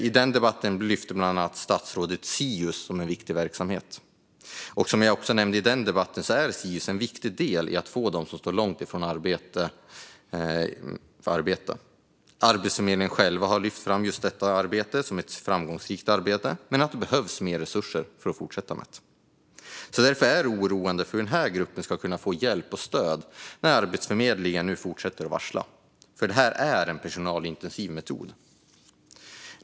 I den debatten statsrådet bland annat fram SIUS som en viktig verksamhet. Som jag nämnde i den debatten är SIUS en viktig del i att få dem som står långt ifrån arbete att arbeta. Arbetsförmedlingen själv har lyft fram just detta som ett framgångsrikt arbete, men man har också sagt att det behövs mer resurser för att fortsätta med det. Därför är jag oroad över hur denna grupp ska kunna få hjälp och stöd när Arbetsförmedlingen nu fortsätter att varsla, för detta är en personalintensiv metod.